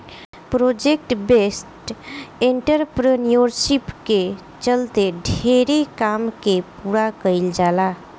project based entrepreneurship के चलते ढेरे काम के पूरा कईल जाता